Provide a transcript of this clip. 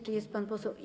Czy jest pan poseł?